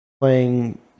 playing